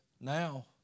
now